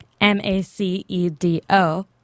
M-A-C-E-D-O